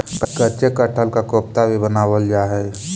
कच्चे कटहल का कोफ्ता भी बनावाल जा हई